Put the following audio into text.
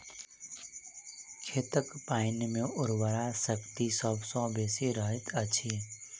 खेतक पाइन मे उर्वरा शक्ति सभ सॅ बेसी रहैत अछि